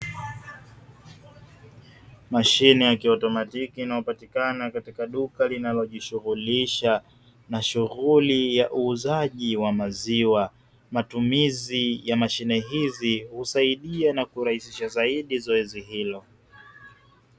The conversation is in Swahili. Mashine ya kiautomatiki inayo patika katika duka linalo jishughulisha na shughuli ya uuzaji wa maziwa, matumizi ya mashine hizi husaidia na kurahisisha zaidi zoezi hilo.